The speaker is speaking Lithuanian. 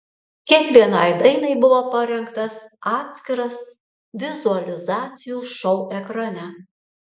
kiekvienai dainai buvo parengtas atskiras vizualizacijų šou ekrane